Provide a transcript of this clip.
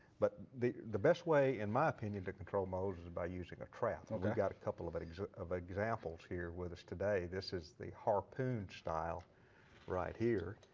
but the the best way in my opinion to control moles is by using a trap. we've got a couple of of examples here with us today. this is the harpoon style right here.